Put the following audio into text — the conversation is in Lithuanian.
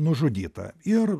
nužudytą ir